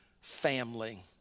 family